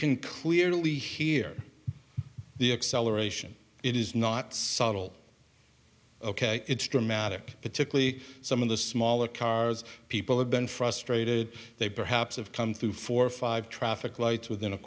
can clearly hear the acceleration it is not subtle ok it's dramatic particularly some of the smaller cars people have been frustrated they perhaps have come through four or five traffic lights within a